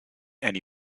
and